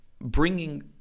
bringing